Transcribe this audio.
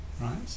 Right